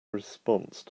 response